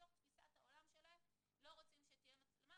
מתוך תפיסת העולם שלהם לא רוצים שתהיה מצלמה,